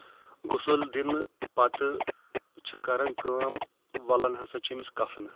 غسُل دِنہٕ پَتہٕ چھِ کَرَان کٲم وَلَان ہسا چھِ أمِس کفنہٕ